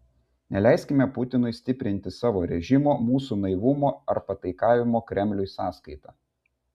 neleiskime putinui stiprinti savo režimo mūsų naivumo ar pataikavimo kremliui sąskaita